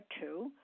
two